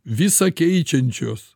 visa keičiančios